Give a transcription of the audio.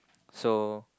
so